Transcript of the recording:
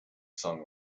song